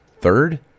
third